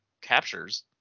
captures